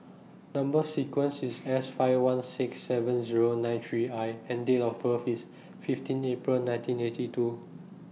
Number sequence IS S five one six seven Zero nine three I and Date of birth IS fifteen April nineteen eighty two